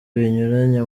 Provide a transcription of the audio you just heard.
binyuranye